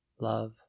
love